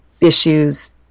issues